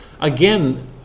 again